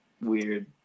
weird